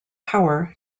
power